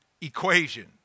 equation